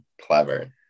Clever